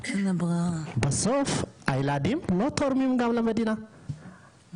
בסוף הילדים לא תורמים גם למדינה,